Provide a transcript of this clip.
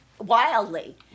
wildly